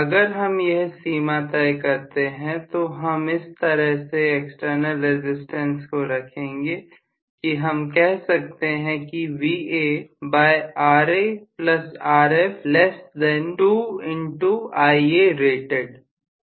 अगर हम यह सीमा तय करते हैं तो हम इस तरह से एक्सटर्नल रसिस्टेंस रखेंगे की हम कह सकते हैं